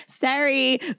sorry